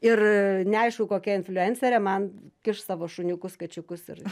ir neaišku kokia influencerė man kiš savo šuniukus kačiukus ir